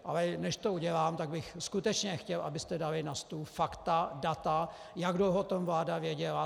Ale než to udělám, tak bych skutečně chtěl, abyste dali na stůl fakta, data, jak dlouho o tom vláda věděla.